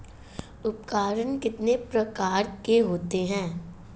उपकरण कितने प्रकार के होते हैं?